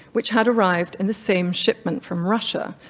which had arrived in the same shipment from russia.